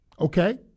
Okay